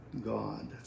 God